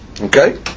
Okay